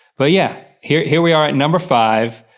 but yeah, here here we are at number five,